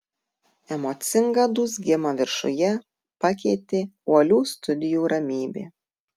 emocingą dūzgimą viršuje pakeitė uolių studijų ramybė